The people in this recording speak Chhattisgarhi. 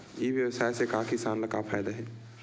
ई व्यवसाय से किसान ला का फ़ायदा हे?